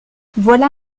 voilà